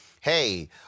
hey